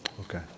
Okay